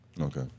Okay